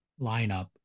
lineup